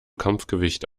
kampfgewicht